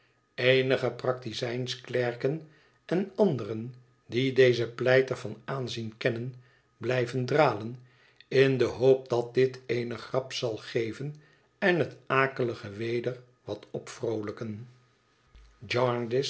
eenige praktizijnsklerken en anderen die dezen pleiter van aanzien kennen blijven dralen in de hoop dat dit eene grap zal geven en het akelige weder wat vervroolijken